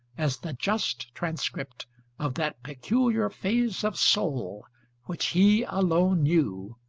as the just transcript of that peculiar phase of soul which he alone knew,